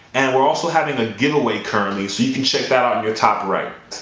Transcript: and we're also having a giveaway currently so you can check that out on your top right.